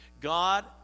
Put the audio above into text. God